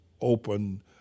open